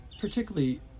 particularly